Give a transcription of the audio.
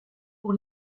pour